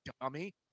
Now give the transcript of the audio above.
dummy